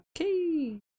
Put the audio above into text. Okay